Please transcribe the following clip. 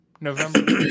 November